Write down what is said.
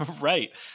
Right